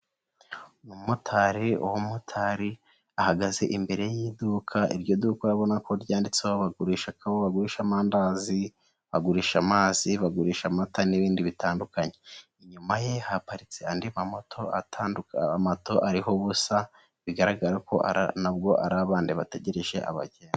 Umumotari umumotari ahagaze imbere y'iduka; iryo duka ubona ko ryanditseho ko bagurisha amandazi bagurisha amazi, bagurisha amata n'ibindi bitandukanye. Inyuma ye haparitse andi mapoto ariho ubusa; bigaragara ko nabwo ari abandi bategereje abagenzi.